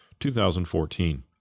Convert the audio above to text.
2014